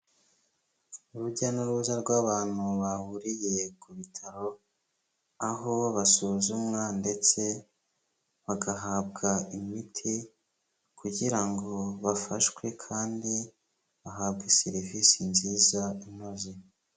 Urujya n'uruza rw'abantu bahuriye ku bitaro, aho basuzumwa ndetse bagahabwa imiti kugira ngo bafashwe kandi bahabwe serivisi nziza inoze.